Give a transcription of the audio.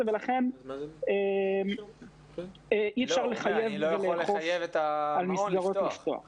ולכן אי אפשר לחייב ולאכוף על המסגרות לפתוח אותן.